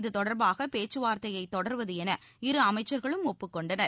இத தொடர்பாகபேச்சுவார்த்தையைத் தொடர்வதுஎன இரு அமைச்சர்களும் ஒப்புக் கொண்டனர்